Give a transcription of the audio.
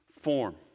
form